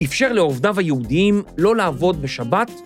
‫איפשר לעובדיו היהודיים ‫לא לעבוד בשבת?